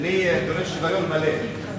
אני דורש שוויון מלא.